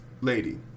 lady